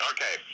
Okay